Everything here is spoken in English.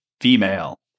female